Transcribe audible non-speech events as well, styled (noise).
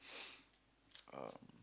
(noise) um